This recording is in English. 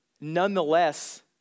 nonetheless